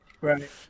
Right